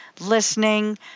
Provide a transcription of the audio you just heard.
listening